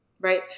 Right